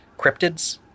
Cryptids